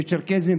הצ'רקסים,